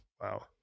Wow